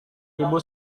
ibu